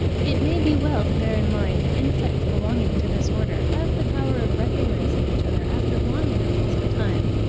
it may be well to bear in mind that insects belonging to this order have the power of recognising each other after long intervals of time,